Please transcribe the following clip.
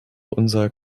unser